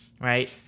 right